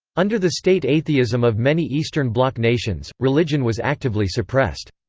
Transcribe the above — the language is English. under the state atheism of many eastern bloc nations, religion was actively suppressed.